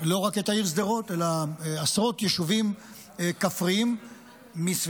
לא רק את העיר שדרות אלא עשרות יישובים כפריים מסביבה,